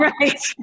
right